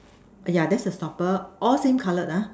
yeah that's the stopper all same color ah